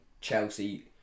Chelsea